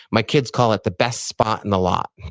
my kids call it the best spot in the lot.